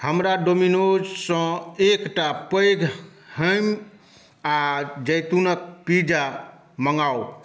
हमरा डोमिनोजसँ एकटा पैघ हैम आ जैतूनक पिज़्ज़ा मंगाउ